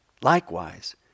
likewise